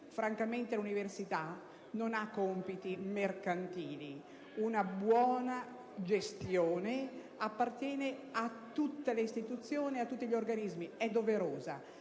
Francamente, l'università non ha compiti mercantili. Una buona gestione appartiene a tutte le istituzioni e a tutti gli organismi, è doverosa,